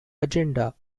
agenda